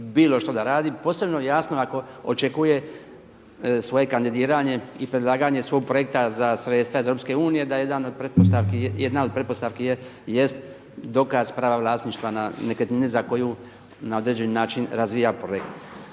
bilo što da radi, posebno jasno ako očekuje svoje kandidiranje i predlaganje svog projekta za sredstva iz EU da jedna od pretpostavki jest dokaz prava vlasništva na nekretnine za koju na određeni način razvija projekt.